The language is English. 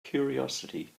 curiosity